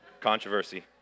Controversy